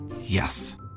yes